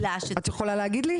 את יכולה להגיד לי?